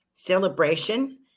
Celebration